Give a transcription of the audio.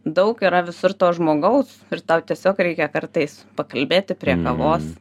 daug yra visur to žmogaus ir tau tiesiog reikia kartais pakalbėti prie kavos